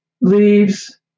leaves